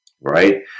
right